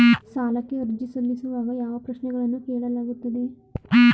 ಸಾಲಕ್ಕೆ ಅರ್ಜಿ ಸಲ್ಲಿಸುವಾಗ ಯಾವ ಪ್ರಶ್ನೆಗಳನ್ನು ಕೇಳಲಾಗುತ್ತದೆ?